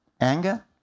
Anger